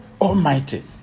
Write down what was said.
Almighty